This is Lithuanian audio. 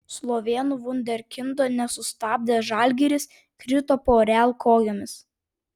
slovėnų vunderkindo nesustabdęs žalgiris krito po real kojomis